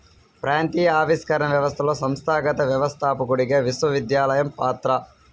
ప్రాంతీయ ఆవిష్కరణ వ్యవస్థలో సంస్థాగత వ్యవస్థాపకుడిగా విశ్వవిద్యాలయం పాత్ర